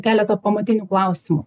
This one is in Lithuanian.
keletą pamatinių klausimų